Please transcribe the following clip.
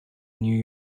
new